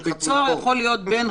אז משהו פה לא נעשה תוך כדי מאמץ.